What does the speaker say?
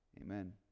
Amen